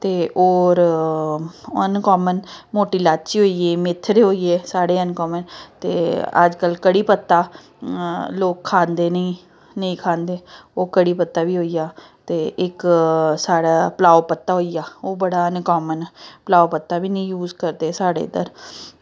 ते होर अनकॉमन मोटी लोची होई गेई मेथरे होई गे साढ़े अनकॉमन ते अजकल्ल कढ़ी पत्ता लोक खांदे नेईं नेईं खांदे ओह् कढ़ी पत्ता बी होई गेआ ते इक्क साढ़े पुलाव पत्ता होई गेआ ओह् बड़ा अनकॉमन पुलाव पत्ता बी निं यूज़ करदे साढ़े इद्धर